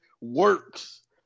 works